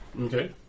Okay